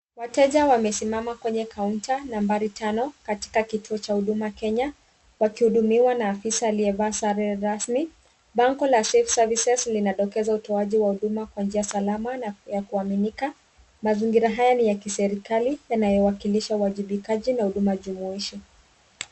Wateja wamesimama kwenye kaunta nambari tano katika kituo cha Huduma Kenya. Wakihudumiwa na afisa aliyevaa sare rasmi. Bango la Safe Services linadokeza utoaji wa huduma kwa njia salama na ya kuaminika. Mazingira haya ni ya kiserikali, yanayowakilisha uwajibikaji na huduma jumuisho.